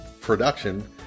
production